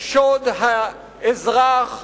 שוד האזרח,